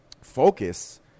focus